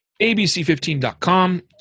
abc15.com